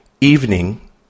Evening